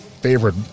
Favorite